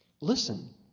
listen